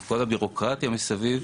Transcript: עם כל הבירוקרטיה מסביב,